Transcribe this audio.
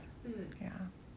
ya